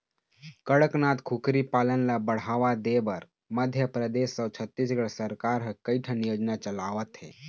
कड़कनाथ कुकरी पालन ल बढ़ावा देबर मध्य परदेस अउ छत्तीसगढ़ सरकार ह कइठन योजना चलावत हे